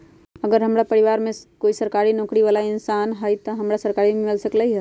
अगर हमरा परिवार में कोई सरकारी नौकरी बाला इंसान हई त हमरा सरकारी बीमा मिल सकलई ह?